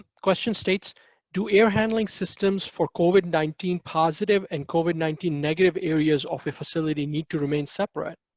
question states, do air handling systems for covid nineteen positive and covid nineteen negative areas of the facility need to remain separate?